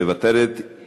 מוותרת.